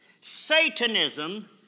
Satanism